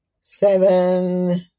seven